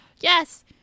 Yes